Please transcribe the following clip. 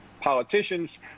politicians